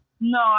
No